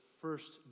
first